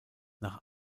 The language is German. nach